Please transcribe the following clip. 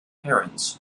parents